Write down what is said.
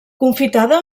confitada